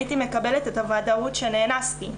הייתי מקבלת את הוודאות שנאנסתי,